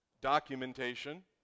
documentation